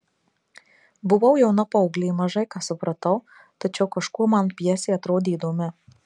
buvau jauna paauglė mažai ką supratau tačiau kažkuo man pjesė atrodė įdomi